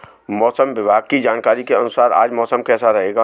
मौसम विभाग की जानकारी के अनुसार आज मौसम कैसा रहेगा?